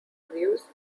reviews